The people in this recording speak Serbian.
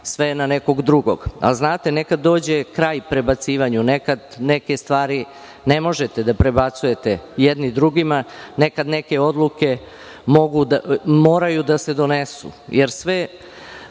sve na nekog drugog. Znate, nekad dođe kraj prebacivanju. Nekad neke stvari ne možete da prebacujete jedni drugima. Nekad neke odluke moraju da se donesu, jer